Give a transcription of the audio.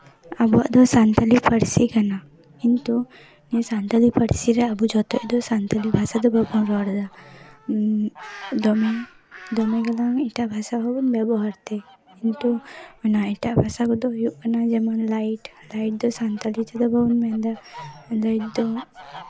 ᱟᱵᱚᱣᱟᱜ ᱫᱚ ᱥᱟᱱᱛᱟᱲᱤ ᱯᱟᱹᱨᱥᱤ ᱠᱟᱱᱟ ᱠᱤᱱᱛᱩ ᱱᱤᱭᱟᱹ ᱥᱟᱱᱛᱟᱲᱤ ᱯᱟᱹᱨᱥᱤ ᱨᱮᱭᱟᱜ ᱟᱵᱚ ᱡᱚᱛᱚᱡ ᱫᱚ ᱥᱟᱱᱛᱟᱲᱤ ᱵᱷᱟᱥᱟ ᱫᱚ ᱵᱟᱵᱚᱱ ᱨᱚᱲᱫᱟ ᱫᱚᱢᱮ ᱫᱚᱢᱮ ᱜᱮᱞᱟᱝ ᱮᱴᱟᱜ ᱵᱷᱟᱥᱟ ᱦᱚᱸ ᱵᱮᱵᱚᱦᱟᱨ ᱛᱮ ᱠᱤᱱᱛᱩ ᱮᱴᱟᱜ ᱵᱷᱟᱥᱟ ᱠᱚᱫᱚ ᱦᱩᱭᱩᱜ ᱠᱟᱱᱟ ᱡᱮᱢᱚᱱ ᱞᱟᱭᱤᱴ ᱞᱟᱭᱤᱴ ᱫᱚ ᱥᱟᱱᱛᱟᱲᱤ ᱛᱮᱫᱚ ᱵᱚᱱ ᱢᱮᱱᱫᱟ ᱞᱟᱭᱤᱴ ᱫᱚ